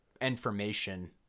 information